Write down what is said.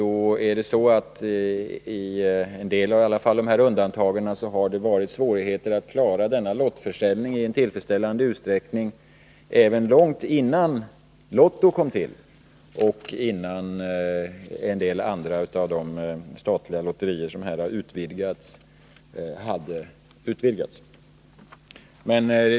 I en del fall när det gäller dessa undantag har det varit svårigheter att klara denna lottförsäljning i tillfredsställande utsträckning även långt innan Lotto kom till och innan en del andra av de här statliga lotterierna hade utvidgats.